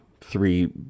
three